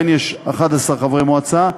שבהן יש 11 חברי מועצה,